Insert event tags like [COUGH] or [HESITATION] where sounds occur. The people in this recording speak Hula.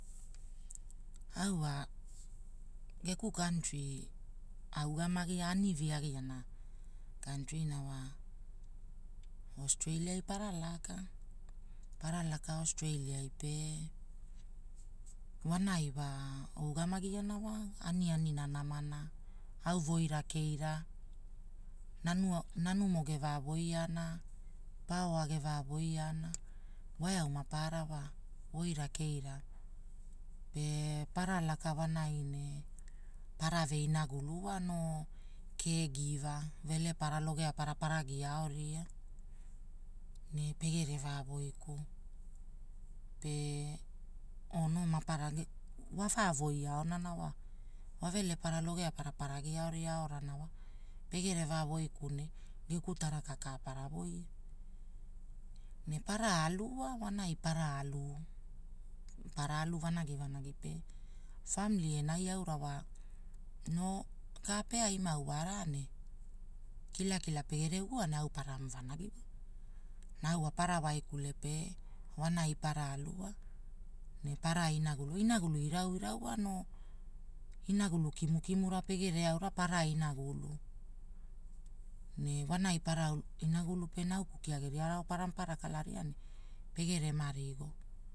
Au wa geku kaantri augama, anivi agiaana, kaantrina wa ostrailiai para laka. Para laka ostrailiai pe ogamani gena wa, aniani nanamara, au woira keira, [HESITATION] nanumo gera woiana, paoa geva waiang, wa eau maparana wa woira keira. Pe paralaka wonai ne parave. inagulu noo kea givaa. Wa velepara logea para gia ao aorana wa, pegere vauooiku pe onomarage wavevoiau onanawa wavele para loge para para gaeu reau ranawa pegere waevoi kune ekutarakaka para woia. Ne para alu wa, wanai para alu, para alu vanagi vanagi pe, famili enai aura wa noo ka peai mau wara ne kila kila pegere ugua ne au parama vanagi wa Na au wa para waikule pe wanai para alu wa ne para alu mepara inagulu inagulu irau irau wano inagulu kimu kimura pegere eauna ne para inagulu. Ne wonai para inagulu pe nauku kia geve arawao geria raopara kalaria ne pegerema rigo.